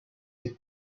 ses